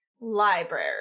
library